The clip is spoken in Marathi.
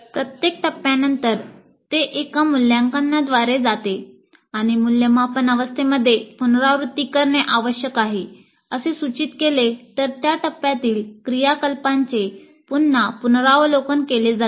प्रत्येक टप्प्यानंतर ते एका मूल्यांकनाद्वारे जाते आणि मूल्यमापन अवस्थेमध्ये पुनरावृत्ती करणे आवश्यक आहे असे सूचित केले तर त्या टप्प्यातील क्रियाकलापांचे पुन्हा पुनरावलोकन केले जाते